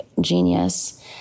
genius